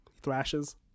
Thrashes